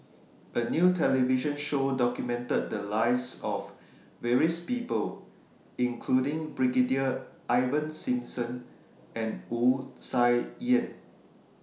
A New television Show documented The Lives of various People including Brigadier Ivan Simson and Wu Tsai Yen